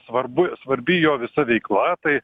svarbui svarbi jo visa veikla tai